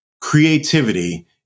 creativity